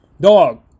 dog